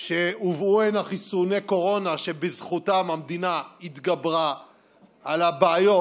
שהובאו הנה חיסוני קורונה שבזכותם המדינה התגברה על הבעיות,